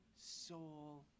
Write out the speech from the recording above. soul